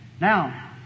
Now